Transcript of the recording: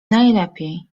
najlepiej